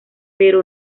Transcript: pero